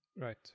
Right